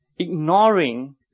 ignoring